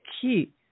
key